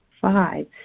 Five